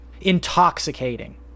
intoxicating